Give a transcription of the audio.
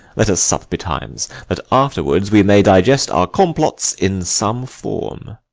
let us sup betimes, that afterwards we may digest our complots in some form.